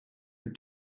and